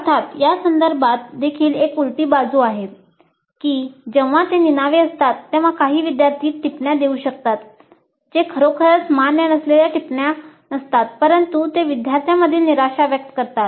अर्थात यासंदर्भात देखील एक उलटी बाजू आहे की जेव्हा ते निनावी असतात तेव्हा काही विद्यार्थी टिप्पण्या देऊ शकतात जे खरोखरच मान्य नसलेल्या टिप्पण्या नसतात परंतु ते विद्यार्थ्यांमधील निराशा व्यक्त करतात